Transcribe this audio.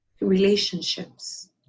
relationships